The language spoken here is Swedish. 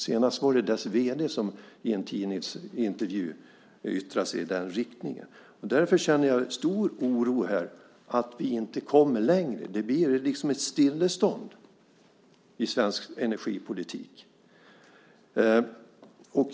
Senast var det Vattenfalls vd som i en tidningsintervju yttrade sig i den riktningen. Därför känner jag stor oro över att vi inte kommer längre. Det blir liksom ett stillestånd i svensk energipolitik.